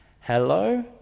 Hello